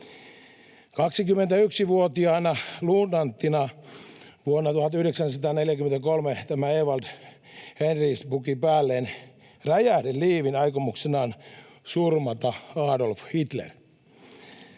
21-vuotiaana luutnanttina vuonna 1943 tämä Ewald-Heinrich puki päälleen räjähdeliivin aikomuksenaan surmata Adolf Hitler.